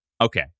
Okay